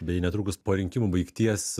bei netrukus po rinkimų baigties